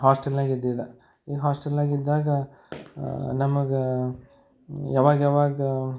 ಹಾಸ್ಟೆಲ್ನಾಗ ಇದ್ದಿದ್ದ ಈ ಹಾಸ್ಟೆಲ್ನಾಗ ಇದ್ದಾಗ ನಮಗೆ ಯಾವಾಗ ಯಾವಾಗ